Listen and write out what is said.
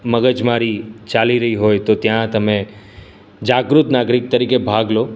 મગજમારી ચાલી રહી હોય તો ત્યાં તમે જાગૃત નાગરિક તરીકે ભાગ લો